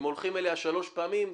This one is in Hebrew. הם הולכים אליה שלוש פעמים,